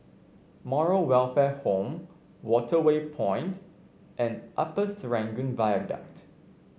Moral Welfare Home Waterway Point and Upper Serangoon Viaduct